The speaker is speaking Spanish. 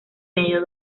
medio